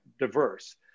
diverse